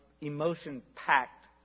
emotion-packed